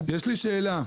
יש לי שאלה.